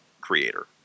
creator